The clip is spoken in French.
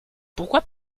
pourquoi